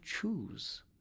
choose